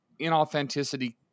inauthenticity